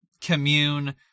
commune